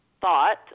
thought